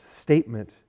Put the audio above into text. statement